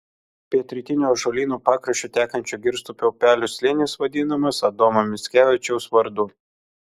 pietrytiniu ąžuolyno pakraščiu tekančio girstupio upelio slėnis vadinamas adomo mickevičiaus vardu